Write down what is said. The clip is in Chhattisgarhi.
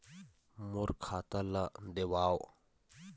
मोर खाता ला देवाव?